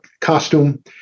costume